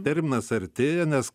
terminas artėja nes